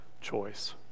choice